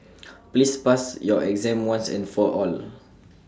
please pass your exam once and for all